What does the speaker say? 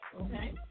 Okay